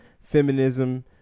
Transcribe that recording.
Feminism